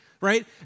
right